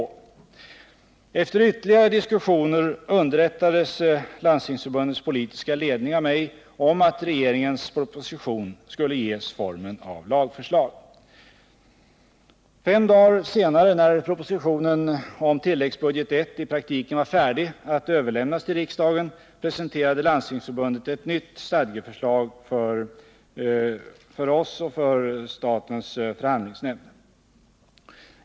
Efter ytterligare diskussioner underrättades Landstingsförbundets politiska ledning av mig om att regeringens proposition skulle ges form av lagförslag. Fem dagar senare, när propositionen om tilläggsbudget I i praktiken var färdig att överlämnas till riksdagen, presenterade Landstingsförbundet ett nytt stadgeförslag för oss och för statens förhandlingsnämnd.